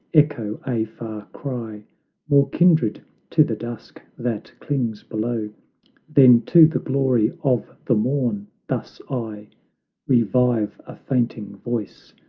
echo a far cry more kindred to the dusk that clings below than to the glory of the morn, thus i revive a fainting voice,